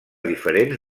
diferents